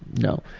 no.